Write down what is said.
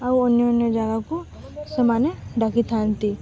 ଆଉ ଅନ୍ୟ ଅନ୍ୟ ଜାଗାକୁ ସେମାନେ ଡାକିଥାନ୍ତି